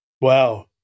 Wow